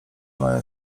mają